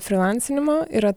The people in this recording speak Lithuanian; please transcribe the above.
frylancinimo yra